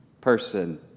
person